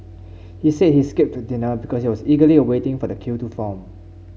he said he skipped dinner because he was eagerly waiting for the queue to form